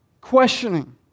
questioning